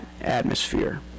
atmosphere